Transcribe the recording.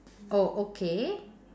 oh okay